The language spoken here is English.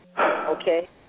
Okay